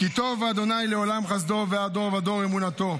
כי טוב ה' לעולם חסדו, ועד דור ודור אמונתו".